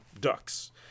ducks